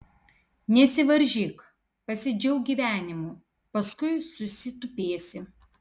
nesivaržyk pasidžiauk gyvenimu paskui susitupėsi